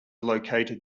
located